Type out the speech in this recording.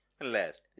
Last